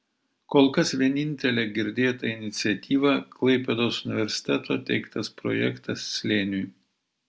kol kas vienintelė girdėta iniciatyva klaipėdos universiteto teiktas projektas slėniui